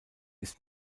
ist